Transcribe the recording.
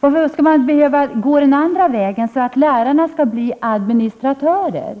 Varför skall man behöva gå den andra vägen, så att lärarna blir administratörer?